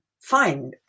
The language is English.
fine